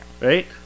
Right